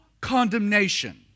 condemnation